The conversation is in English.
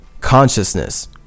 consciousness